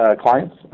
clients